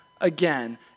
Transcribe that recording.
again